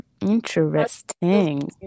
Interesting